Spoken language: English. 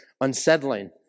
unsettling